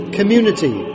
community